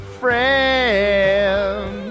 friend